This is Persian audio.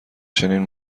چنین